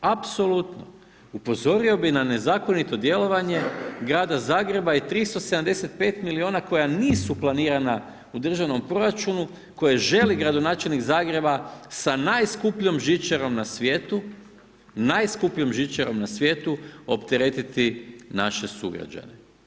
Apsolutno, upozorio bi n a nezakonito djelovanje Grada Zagreba i 375 milijuna koja nisu planirana u državnom proračunu, koje želi gradonačelnik Zagreba sa najskupljom žičarom na svijetu, najskupljom žičarom na svijetu opteretiti naše sugrađane.